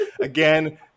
Again